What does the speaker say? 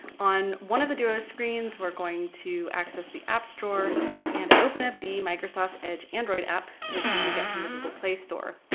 on one of the dual screens, we're going to access the app store and open up the microsoft edge android app, which you can get from the google play store.